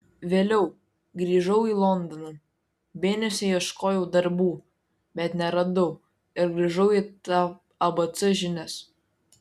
vėliau grįžau į londoną mėnesį ieškojau darbų bet neradau ir grįžau į tą abc žinias